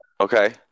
Okay